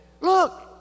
Look